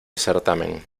certamen